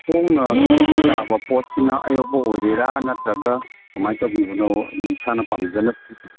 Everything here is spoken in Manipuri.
ꯍꯣꯡꯅ ꯊꯛꯄ ꯌꯥꯕ ꯄꯣꯠꯁꯤꯅ ꯑꯌꯣꯛꯄ ꯑꯣꯏꯗꯣꯏꯔꯥ ꯅꯠꯇ꯭ꯔꯒ ꯀꯃꯥꯏꯅ ꯇꯧꯕꯤꯕꯅꯣ ꯏꯁꯥꯅ ꯄꯥꯝꯖꯅ